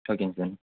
ஓகேங்க சார்